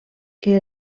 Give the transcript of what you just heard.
que